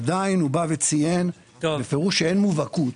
עדיין הוא ציין בפירוש שאין מובהקות.